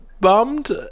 bummed